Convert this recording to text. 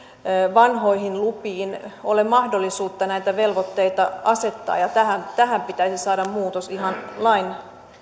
vanhoihin lupiin ole mahdollisuutta näitä velvoitteita asettaa ja tähän tähän pitäisi saada muutos ihan